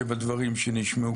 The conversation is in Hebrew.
את המשטרה.